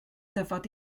dyfod